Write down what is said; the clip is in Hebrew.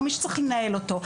או עם מי שצריך לנהל אותו.